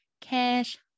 cash